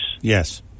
Yes